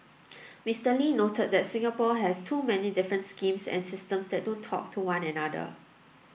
Mister Lee noted that Singapore has too many different schemes and systems that don't talk to one another